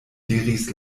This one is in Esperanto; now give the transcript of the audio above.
diris